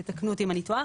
תתקנו אותי אם אני טועה